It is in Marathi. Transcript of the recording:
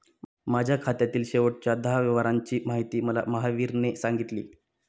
माझ्या खात्यातील शेवटच्या दहा व्यवहारांची माहिती मला महावीरने सांगितली